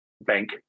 bank